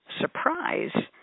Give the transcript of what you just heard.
surprise